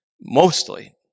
mostly